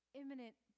imminent